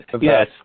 Yes